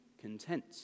content